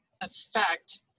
affect